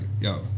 yo